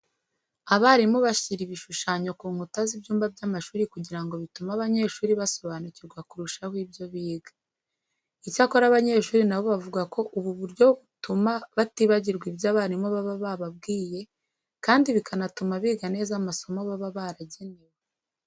Abarimu bashyira ibishushanyo ku nkuta z'ibyumba by'amashuri kugira ngo bitume abanyeshuri basobanukirwa kurushaho ibyo biga. Icyakora abanyeshuri na bo bavuga ko ubu buryo butuma batibagirwa ibyo abarimu baba bababwiye kandi bikanatuma biga neza amasomo baba baragenewe.